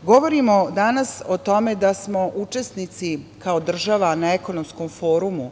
Albanija. Govorimo danas o tome da smo učesnici, kao država, na ekonomskom forumu